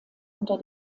unter